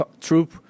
troop